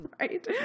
Right